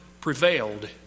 prevailed